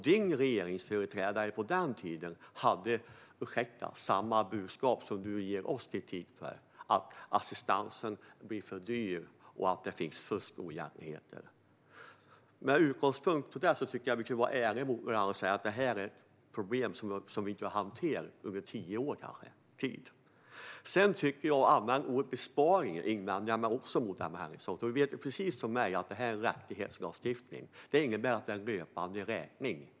Din regeringsföreträdare på den tiden hade - ursäkta - samma budskap som du ger oss kritik för, nämligen att assistansen blir för dyr och att det finns fusk och oegentligheter. Med utgångspunkt från detta tycker jag att vi kan vara ärliga mot varandra och säga att detta är ett problem som vi inte har kunnat hantera under kanske tio års tid. Jag invänder också mot att du använder ordet besparingar, Emma Henriksson. Du vet precis som jag detta är en rättighetslagstiftning, vilket innebär att det är en löpande räkning.